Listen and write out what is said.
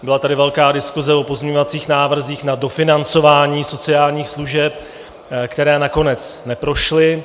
Byla tady velká diskuse o pozměňovacích návrzích na dofinancování sociálních služeb, které nakonec neprošly.